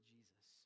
Jesus